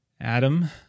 Adam